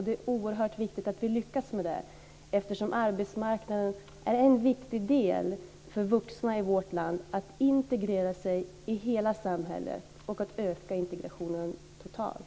Det är oerhört viktigt att vi lyckas med detta, eftersom arbetsmarknaden är en viktig del för vuxna i vårt land att integrera sig i hela samhället och för att öka integrationen totalt.